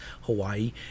Hawaii